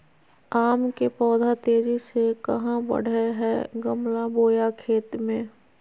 आम के पौधा तेजी से कहा बढ़य हैय गमला बोया खेत मे?